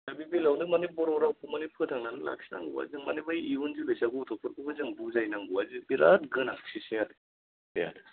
दा बे बेलायावनो मानि बर' रावखौ मानि फोथांनानै लाखिनांगौया जों मानि बे इयुन जोलैयाबो गथ'फोरखौबो जों बुजायनांगौया बिराट गोनांथिसै आरो बे आरो